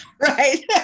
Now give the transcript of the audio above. Right